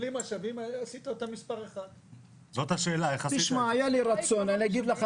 ובלי משאבים עשית אותו מס' 1. אני אגיד לך